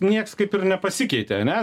nieks kaip ir nepasikeitė ane